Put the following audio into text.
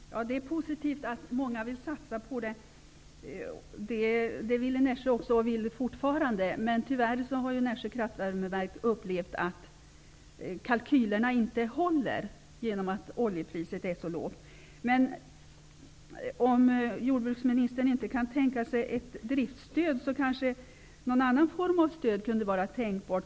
Fru talman! Det är positivt att många vill satsa på biobränslen. Det ville Nässjö Kraftvärmeverk också och vill fortfarande. Tyvärr har man upplevt att kalkylerna inte håller genom att oljepriset är så lågt. Om jordbruksministern inte kan tänka sig ett driftstöd, kanske någon annan form av stöd kunde vara tänkbar.